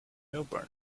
millburn